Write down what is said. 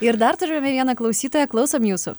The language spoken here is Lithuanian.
ir dar turime vieną klausytoją klausom jūsų